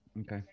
Okay